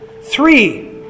Three